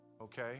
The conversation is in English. okay